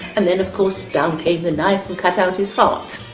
and then of course, down came the knife and cut out his heart.